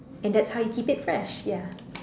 and that's how you keep it fresh ya